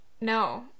No